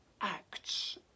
Acts